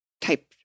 type